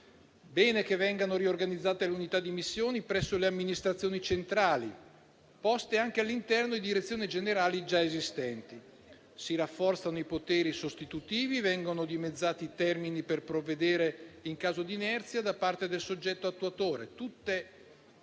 bene che vengano riorganizzate le unità di missione presso le amministrazioni centrali, poste anche all'interno di direzioni generali già esistenti. Si rafforzano i poteri sostitutivi e vengono dimezzati i termini per provvedere in caso d'inerzia da parte del soggetto attuatore. Sono